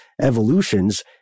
evolutions